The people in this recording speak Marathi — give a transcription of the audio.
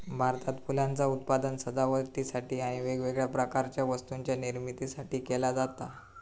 भारतात फुलांचा उत्पादन सजावटीसाठी आणि वेगवेगळ्या प्रकारच्या वस्तूंच्या निर्मितीसाठी केला जाता